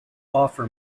offer